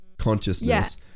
consciousness